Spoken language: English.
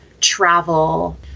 travel